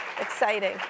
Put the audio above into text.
Exciting